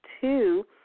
two